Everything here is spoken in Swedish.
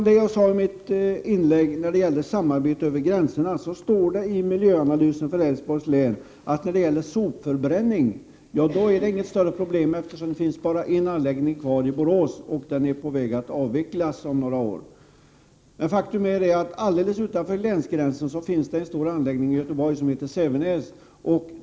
Beträffande mitt uttalande när det gäller samarbete över gränserna så står det i miljöanalysen för Älvsborgs län att när det gäller sopförbränning är det inget större problem, eftersom det bara finns en anläggning kvar, i Borås, och den är på väg att avvecklas om några år. Men faktum är att alldeles utanför länsgränsen finns det en stor anläggning i Göteborg som heter Sävenäs.